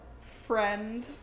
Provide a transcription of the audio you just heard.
Friend